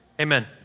Amen